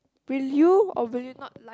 will you or will you not lie